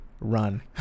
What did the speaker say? run